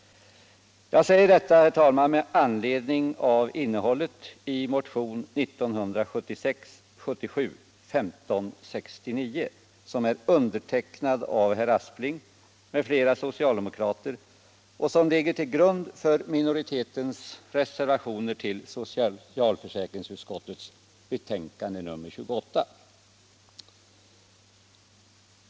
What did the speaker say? Jag säger detta, herr talman, med anledning av innehållet i motionen 1976/77:1569, som är undertecknad av herr Aspling m.fl. socialdemokrater och som ligger till grund för minoritetens reservationer vid socialförsäkringsutskottets betänkande nr 28.